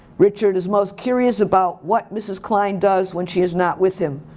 richard is most curious about what mrs. klein does when she is not with him.